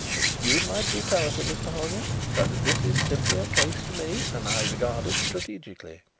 excuse my brutality, mr. hollyer, but this is simply a case to me and i regard it strategically.